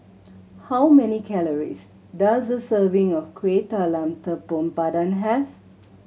how many calories does a serving of Kuih Talam Tepong Pandan have